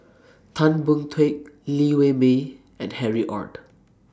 Tan Boon Teik Liew Wee Mee and Harry ORD